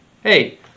hey